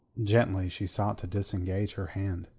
gently she sought to disengage her hand,